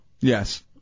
Yes